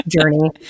journey